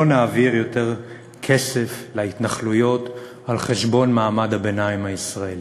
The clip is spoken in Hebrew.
לא נעביר יותר כסף להתנחלויות על חשבון מעמד הביניים הישראלי".